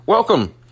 Welcome